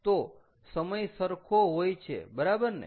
તો સમય સરખો હોય છે બરાબર ને